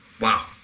Wow